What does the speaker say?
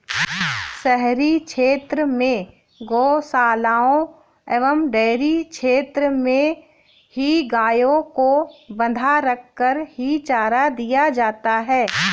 शहरी क्षेत्र में गोशालाओं एवं डेयरी क्षेत्र में ही गायों को बँधा रखकर ही चारा दिया जाता है